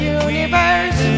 universe